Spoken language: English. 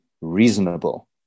reasonable